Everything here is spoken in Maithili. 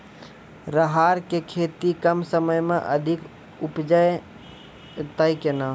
राहर की खेती कम समय मे अधिक उपजे तय केना?